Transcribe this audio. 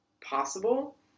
possible